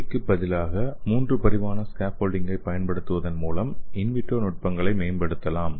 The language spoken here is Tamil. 2D க்கு பதிலாக 3 பரிமாண ஸ்கேஃபோல்டிங்கை பயன் படுத்துவதன் மூலம் இன் விட்ரோ நுட்பங்களை மேம்படுத்தலாம்